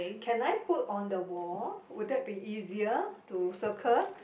can I put on the wall would that be easier to circle